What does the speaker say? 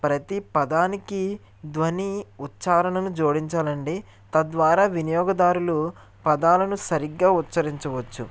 ప్రతి పదానికి ధ్వని ఉచ్చారణను జోడించాలి అండి తద్వారా వినియోగదారులు పదాలను సరిగ్గా ఉచ్చరించవచ్చు